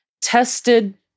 Tested